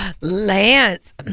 Lance